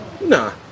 nah